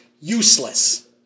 useless